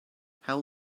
how